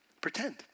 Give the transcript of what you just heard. Pretend